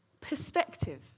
perspective